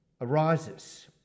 arises